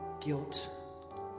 guilt